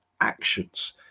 actions